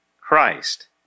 Christ